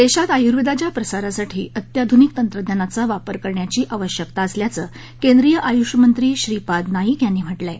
देशात आयूर्वेदाच्या प्रसारासाठी अत्याधूनिक तंत्रज्ञानाचा वापर करण्याची आवश्यकता असल्याचं केंद्रीय आयूषमंत्री श्रीपाद नाईक यांनी म्हटलं आहे